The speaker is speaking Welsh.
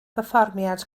berfformiad